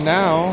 now